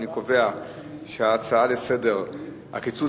אני קובע שההצעה לסדר-היום בנושא הקיצוץ